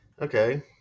Okay